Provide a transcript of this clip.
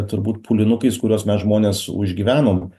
turbūt pūlinukais kuriuos mes žmonės užgyvenom